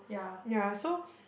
ya so